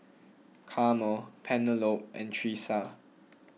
Carmel Penelope and Tresa